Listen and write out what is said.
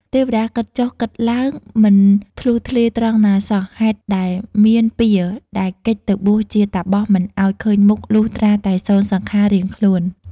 ទេវតាគិតចុះគិតឡើងមិនធ្លុះធ្លាយត្រង់ណាសោះ ហេតុដែលមាន ពៀរដែលគេចទៅបួសជាតាបសមិនឱ្យឃើញមុខលុះត្រាតែសូន្យសង្ខាររៀងខ្លួន។